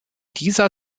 dieser